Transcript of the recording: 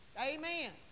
amen